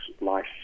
life